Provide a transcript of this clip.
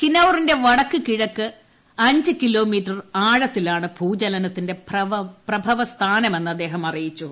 കിനൌറിന്റെ വടക്ക് കിഴക്ക് അഞ്ച് കിലോമീറ്റർ താഴ്ചയിലാണ് ഭൂചലനത്തിന്റെ പ്രഭവ സ്ഥാനമെന്ന് അദ്ദേഹം അറിയിച്ചു